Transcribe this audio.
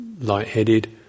lightheaded